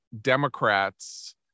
Democrats